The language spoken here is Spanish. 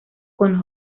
con